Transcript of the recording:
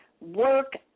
work